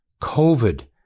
COVID